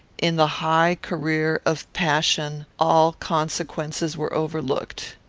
in the high career of passion all consequences were overlooked.